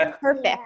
Perfect